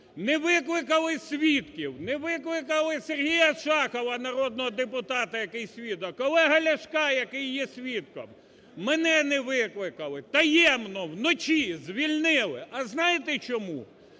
не викликали свідків, не викликали Сергія Шахова, народного депутата, який свідок, Олега Ляшка, який є свідком, мене не викликали. Таємно, вночі звільнили. А знаєте чому?